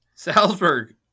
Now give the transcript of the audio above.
Salzburg